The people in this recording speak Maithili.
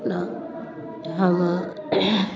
हम